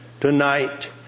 Tonight